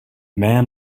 man